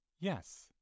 Yes